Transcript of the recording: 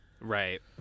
Right